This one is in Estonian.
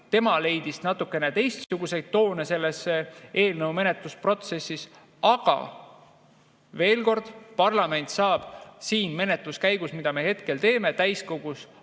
Tema leidis natukene teistsuguseid toone selle eelnõu menetlemise protsessis. Aga veel kord: parlament saab siin menetluse käigus, mida me hetkel teeme, täiskogus